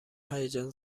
هیجان